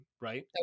right